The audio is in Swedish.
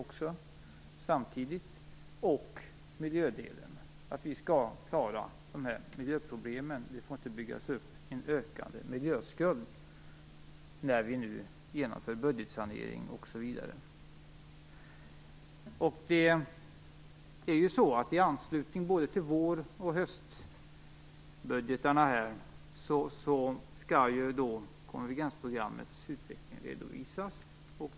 På miljöområdet skrev man dessutom in att vi skall klara miljöproblemen och att det inte får byggas upp en miljöskuld när vi nu genomför en budgetsanering. I anslutning till både vårbudgeten och höstbudgeten skall konvergensprogrammets utveckling redovisas.